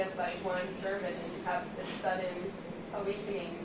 servant of this sudden awakening.